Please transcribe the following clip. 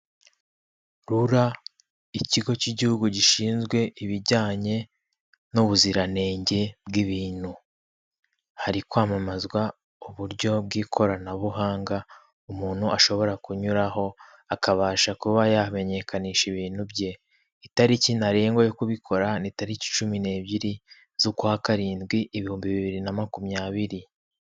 RURA ikigo cy'igihugu gishinzwe ibijyanye n'ubuziranenge bw'ibintu. Hari kwamamazwa uburyo bw'ikoranabuhanga umuntu ashobora kunyuraho, akabasha kuba yamenyekanisha ibintu bye. Itariki ntarengwa yo kubikora ni tariki cumi n'ebyiri z'ukwa karindwi, ibihumbi bibiri na makumyabiri.